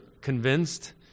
convinced